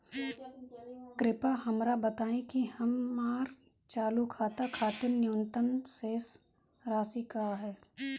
कृपया हमरा बताइं कि हमर चालू खाता खातिर न्यूनतम शेष राशि का ह